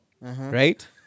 Right